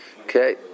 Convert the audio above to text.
Okay